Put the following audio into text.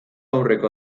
aurreko